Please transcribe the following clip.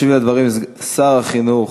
ישיב על הדברים שר החינוך,